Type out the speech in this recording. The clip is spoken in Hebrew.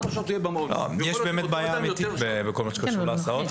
יש בעיה אמיתית בכל מה שקשור בהסעות